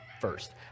first